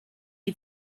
had